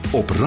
op